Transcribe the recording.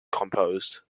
composed